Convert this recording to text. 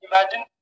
imagine